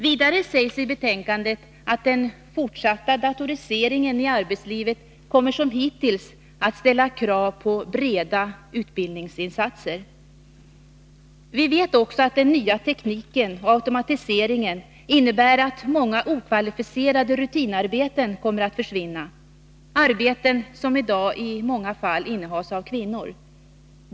Vidare sägs i betänkandet att den fortsatta datoriseringen i arbetslivet som hittills kommer att ställa krav på breda utbildningsinsatser. Vi vet att den nya tekniken och automatiseringen innebär att många okvalificerade rutinarbeten kommer att försvinna, arbeten som i dag i många fallinnehas av kvinnor.